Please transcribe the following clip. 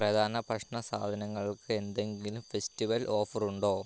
പ്രധാന ഭക്ഷണ സാധനങ്ങൾക്ക് എന്തെങ്കിലും ഫെസ്റ്റിവൽ ഓഫർ ഉണ്ടോ